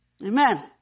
Amen